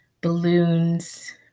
balloons